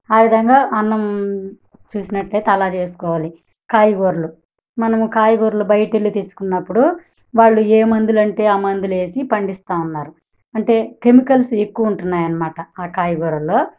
ఆ విధంగా అన్నం చూసినట్టయితే అలా చేసుకోవాలి కాయగూరలు మనము కాయగూరలు బయటకి వెళ్ళి తెచ్చుకున్నప్పుడు వాళ్ళు ఏ మందులంటే ఆ మందులు వేసి పండిస్తూ ఉన్నారు అంటే కెమికల్స్ ఎక్కువ ఉంటున్నాయి అన్నమాట ఆ కాయగూరల్లో